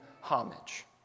homage